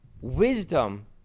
Wisdom